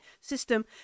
system